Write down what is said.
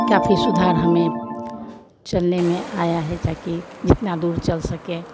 काफी सुधार हमें चलने में आया है जबकि जितना दूर चल सकें